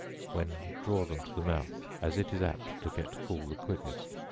when draw them to the mouth, as it is apt to get cool the quickest.